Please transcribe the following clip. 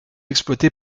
exploité